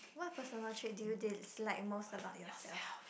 what personal trait do you dislike most about yourself